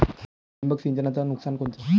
ठिबक सिंचनचं नुकसान कोनचं?